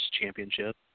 championship